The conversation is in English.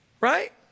right